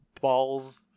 balls